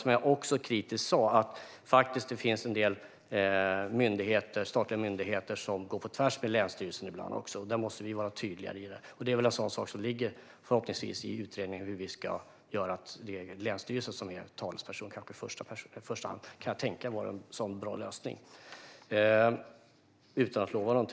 Jag sa också kritiskt att det finns en del statliga myndigheter som går på tvärs mot länsstyrelserna ibland. Där måste vi vara tydligare. Det är väl en sådan sak som förhoppningsvis tas upp i utredningen. Att länsstyrelsen ska vara talesperson i första hand kan jag tänka är en bra lösning, utan att lova något.